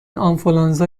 آنفولانزا